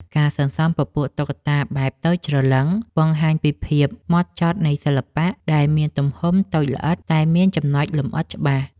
ការសន្សំពពួក តុក្កតាបែបតូចច្រឡឹង បង្ហាញពីភាពហ្មត់ចត់នៃសិល្បៈដែលមានទំហំតូចល្អិតតែមានចំណុចលម្អិតច្បាស់។